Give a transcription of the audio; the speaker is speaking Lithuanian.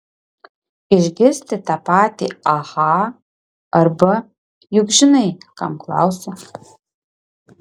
išgirsti tą patį aha arba juk žinai kam klausi